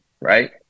right